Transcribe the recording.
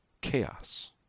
chaos